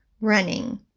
running